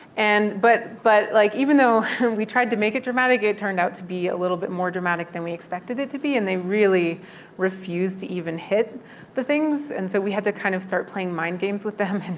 and but but like even though we tried to make it dramatic, it turned out to be a little bit more dramatic than we expected it to be and they really refused to even hit the things. and so we had to kind of start playing mind games with them.